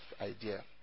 idea